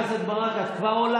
חברת הכנסת ברק, את כבר עולה.